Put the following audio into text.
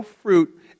fruit